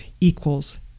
equals